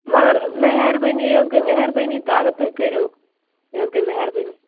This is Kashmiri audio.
مگر مہربٲنی حظ گٔے مہربٲنی تہٕ اگر تُہۍ کٔرِو یہِ حظ گٔے مہربٲنی